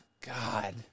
God